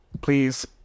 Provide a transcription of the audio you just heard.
please